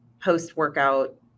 post-workout